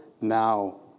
now